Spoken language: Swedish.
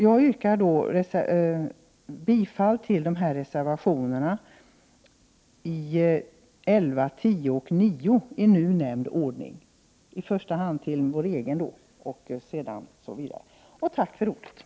Jag yrkar bifall till reservationerna 11, 10 och 9 i nu nämnd ordning, men i första hand till vår egen reservation. Tack för ordet!